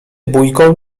bójką